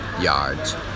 yards